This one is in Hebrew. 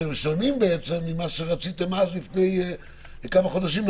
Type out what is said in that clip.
שהם שונים בעצם ממה שרציתם אז לפני כמה חודשים,